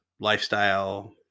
lifestyle